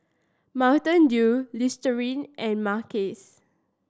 Mountain Dew Listerine and Mackays